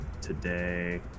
today